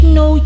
no